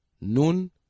Nun